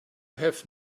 have